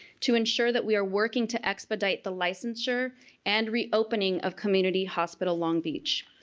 to ensure that we are working to expedite the licensure and reopening of community hospital long beach.